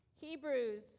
Hebrews